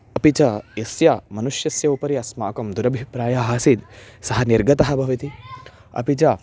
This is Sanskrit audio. अपि च यस्य मनुष्यस्य उपरि अस्माकं दुरभिप्रायः आसीत् सः निर्गतः भवति अपि च